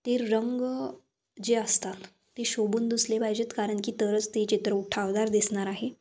ते रंग जे असतात ते शोभून दिसले पाहिजेत कारण की तरच ते चित्र उठावदार दिसणार आहे